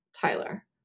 Tyler